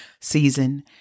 season